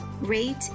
rate